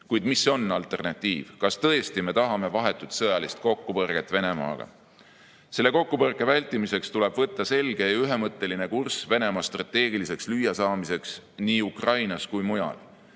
Kuid mis on alternatiiv? Kas tõesti me tahame vahetut sõjalist kokkupõrget Venemaaga? Selle kokkupõrke vältimiseks tuleb võtta selge ja ühemõtteline kurss Venemaa strateegiliseks lüüasaamiseks nii Ukrainas kui ka mujal.